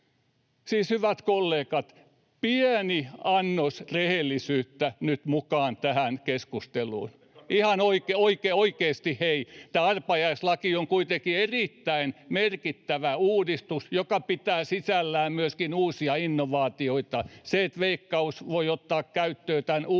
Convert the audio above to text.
hyvät kollegat, pieni annos rehellisyyttä nyt mukaan tähän keskusteluun. Ihan oikeasti hei, tämä arpajaislaki on kuitenkin erittäin merkittävä uudistus, joka pitää sisällään myöskin uusia innovaatioita: sen, että Veikkaus voi ottaa käyttöön tämän uuden